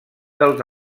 dels